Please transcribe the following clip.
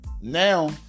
now